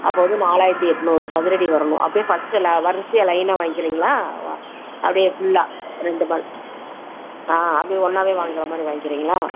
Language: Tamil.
அப்போது வந்து நாலாயிரத்தி எண்நூறு சதுரடி வரணும் அப்டி ஃபஸ்ட்டில் வரிசைய லைனை வாங்கிக்கிறீங்களா அப்படியே ஃபுல்லா ரெண்டு மள் ஆ அப்படியே ஒன்றாவே வாங்கிற மாதிரி வாங்கிக்கிறங்களா